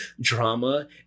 drama